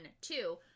Two